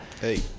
Hey